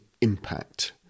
impact